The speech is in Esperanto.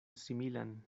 similan